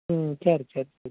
ம் சரி சரி